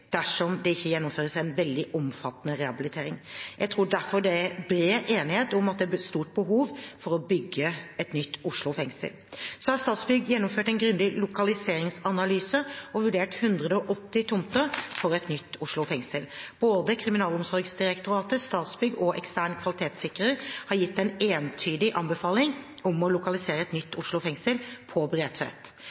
dersom det ikke gjennomføres en veldig omfattende rehabilitering. Jeg tror derfor det er bred enighet om at det er et stort behov for å bygge et nytt Oslo fengsel. Statsbygg har gjennomført en grundig lokaliseringsanalyse og vurdert 180 tomter for et nytt Oslo fengsel. Både Kriminalomsorgsdirektoratet, Statsbygg og ekstern kvalitetssikrer har gitt en entydig anbefaling om å lokalisere et nytt Oslo fengsel på Bredtvet.